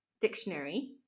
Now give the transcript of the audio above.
dictionary